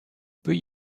peut